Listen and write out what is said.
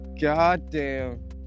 goddamn